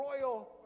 royal